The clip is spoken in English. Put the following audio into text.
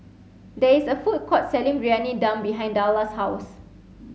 there is a food court selling Briyani Dum behind Darla's house